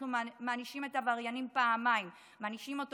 אנחנו מענישים את העבריין פעמיים: מענישים אותו